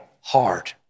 hard